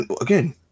Again